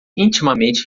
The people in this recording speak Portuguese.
intimamente